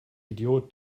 idiot